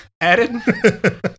added